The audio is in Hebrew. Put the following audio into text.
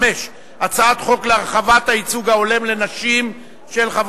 5 בסדר-היום: הצעת חוק להרחבת הייצוג ההולם לנשים (תיקוני חקיקה),